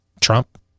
Trump